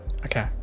Okay